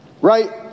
right